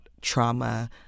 trauma